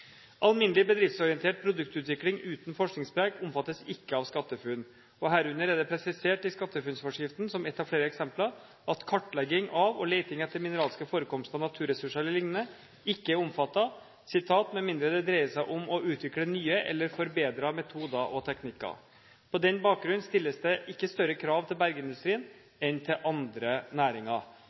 Alminnelig bedriftsorientert produktutvikling uten forskningspreg omfattes ikke av SkatteFUNN, og herunder er det presisert i SkatteFUNN-forskriften, som ett av flere eksempler, at «kartlegging av og leting etter mineralske forekomster, naturressurser eller lignende» ikke er omfattet «med mindre det dreier seg om å utvikle nye eller forbedrede metoder og teknikker». På den bakgrunn stilles det ikke større krav til bergindustrien enn til andre næringer.